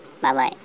Bye-bye